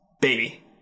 baby